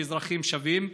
כאזרחים שווים.